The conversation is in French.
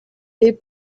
est